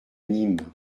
nîmes